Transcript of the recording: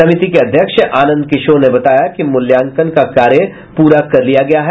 समिति के अध्यक्ष आनंद किशोर ने बताया कि मूल्यांकन का कार्य पूरा कर लिया गया है